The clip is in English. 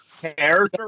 character